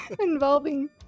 involving